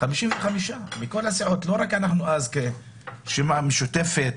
הרשימה המשותפת,